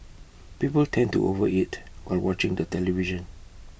people tend to overeat while watching the television